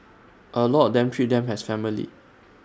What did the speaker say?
A lot of them treat them as family